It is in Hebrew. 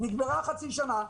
נגמרה החצי שנה,